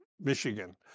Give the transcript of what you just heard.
Michigan